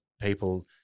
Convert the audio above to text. people